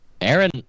Aaron